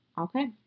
Okay